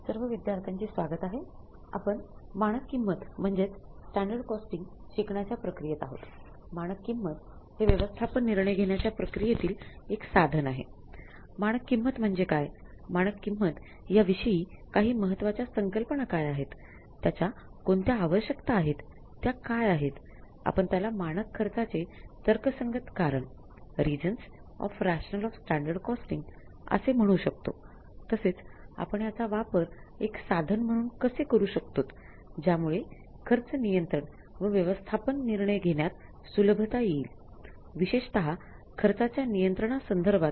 सर्व विद्यार्थ्यांचे स्वागत आहे आपण मानक किंमत म्हणजेच Standard Costing शिकण्याच्या प्रक्रियेत आहोत मानक किंमत असे म्हणू शकतो तसेच आपण याचा वापर एक साधन म्हणून कसे करू शकतोत ज्यामुळे खर्च नियंत्रण व व्यवस्थापन निर्णय घेण्यात सुलभता येईल विशेषत खर्चाच्या नियंत्रणा संदर्भात